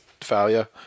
failure